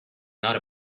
not